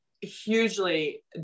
hugely